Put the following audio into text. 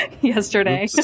yesterday